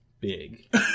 big